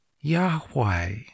Yahweh